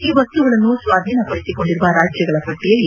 ಈ ವಸ್ತುಗಳನ್ನು ಸ್ವಾಧೀನ ಪಡಿಸಿಕೊಂಡಿರುವ ರಾಜ್ಯಗಳ ಪಟ್ಟಿಯಲ್ಲಿ